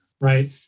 right